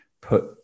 put